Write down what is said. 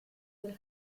del